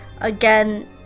again